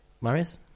Marius